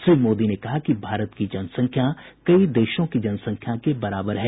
श्री मोदी ने कहा कि भारत की जनसंख्या कई देशों की जनसंख्या के बराबर है